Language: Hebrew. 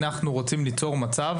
אנחנו רוצים ליצור מצב,